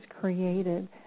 created